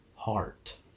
Heart